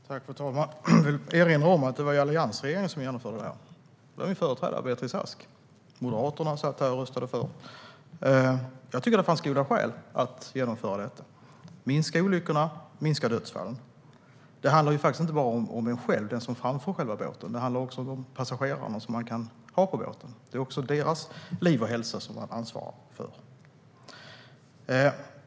Fru talman! Jag vill erinra om att det var alliansregeringen och min företrädare Beatrice Ask som genomförde detta. Moderaterna satt här i kammaren och röstade för förslaget. Jag tyckte att det fanns goda skäl att genomföra detta för att minska olyckorna och dödsfallen. Det handlar inte bara om en själv, den som framför båten, utan också om de passagerare som man kanske har på båten. Det är också deras liv och hälsa man ansvarar för.